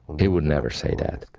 he would never say that.